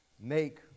make